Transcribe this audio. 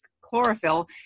chlorophyll